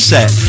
Set